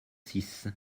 six